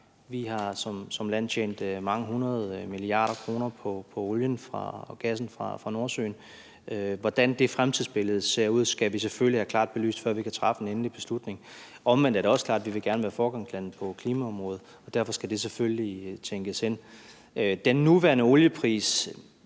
Vi har som land tjent mange hundrede milliarder kroner på olien og gassen fra Nordsøen. Hvordan det fremtidsbillede ser ud, skal vi selvfølgelig have klart belyst, før vi kan træffe en endelig beslutning. Omvendt er det også klart, at vi gerne vil være foregangsland på klimaområdet, og derfor skal det selvfølgelig tænkes ind. Den nuværende oliepris